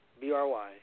B-R-Y